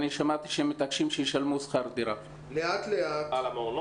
שמעתי שהם מתעקשים שישלמו שכר דירה על המעונות.